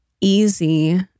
easy